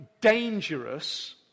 dangerous